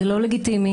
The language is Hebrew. זה השוני.